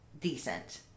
decent